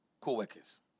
Co-workers